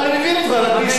אני מבין אותך.